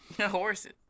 Horses